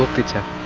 to ten